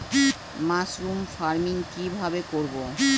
Mushroom farming কি ভাবে করব?